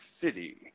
City